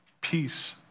peace